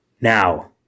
Now